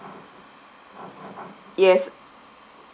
yes